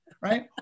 right